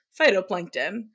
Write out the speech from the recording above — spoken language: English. phytoplankton